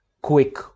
quick